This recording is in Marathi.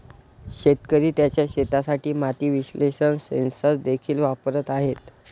शेतकरी त्यांच्या शेतासाठी माती विश्लेषण सेन्सर देखील वापरत आहेत